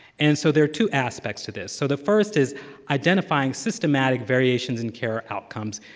and so there are two aspects to this. so the first is identifying systemic variations in care outcomes,